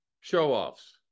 show-offs